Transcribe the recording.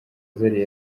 zari